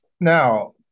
Now